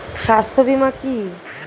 স্বাস্থ্য বীমা কি?